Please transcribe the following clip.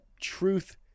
truth